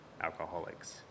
alcoholics